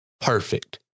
perfect